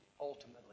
ultimately